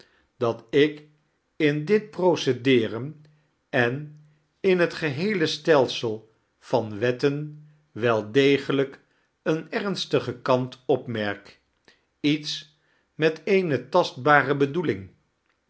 dat ik in dit prooedeeren en in hot geheele stelsel van wettesn wel degelijk een ernstigen kant opmerk iets met eene tastbare bedoeling